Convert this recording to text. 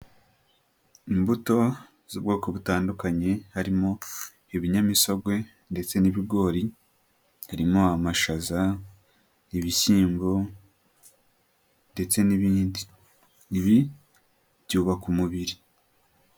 Imbuto z'ubwoko butandukanye, harimo ibinyamisogwe ndetse n'ibigori. Harimo amashaza, ibishyimbo ndetse n'ibindi. Ibi byubaka umubiri.